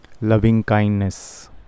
loving-kindness